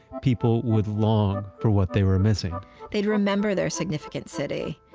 people would long for what they were missing they'd remember their significant city.